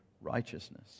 righteousness